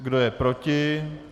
Kdo je proti?